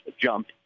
jump